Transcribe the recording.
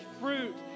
fruit